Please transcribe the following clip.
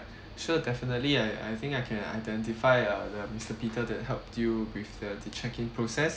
sure definitely I I think I can identify uh the mister peter that helped you with the check in process